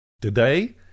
Today